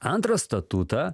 antrą statutą